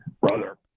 brother